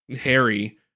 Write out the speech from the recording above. Harry